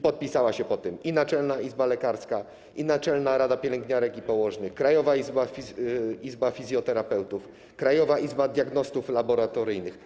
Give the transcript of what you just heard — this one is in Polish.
Podpisała się pod tym Naczelna Izba Lekarska, Naczelna Rada Pielęgniarek i Położnych, Krajowa Izba Fizjoterapeutów, Krajowa Izba Diagnostów Laboratoryjnych.